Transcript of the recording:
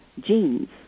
genes